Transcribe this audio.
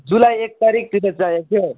जुलाई एक तारिकतिर चाहिएको थियो हौ